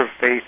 faith